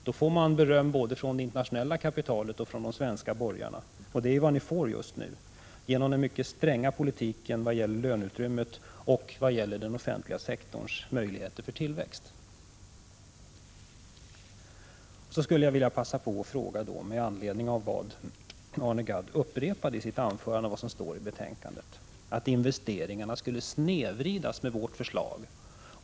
Då får man beröm både från det internationella kapitalet och de svenska borgarna — och det är vad ni får just nu, genom den mycket stränga politik ni för vad gäller löneutrymmet och den offentliga sektorns möjligheter till tillväxt. Jag skulle vilja passa på att ställa en fråga, med anledning av vad som står i utskottets betänkande och som Arne Gadd upprepade i sitt anförande, nämligen att investeringarna skulle snedvridas med vårt förslag.